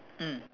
mm